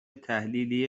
تحلیلی